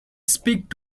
speak